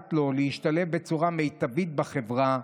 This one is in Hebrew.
המסייעת לו להשתלב בצורה מיטבית בחברה,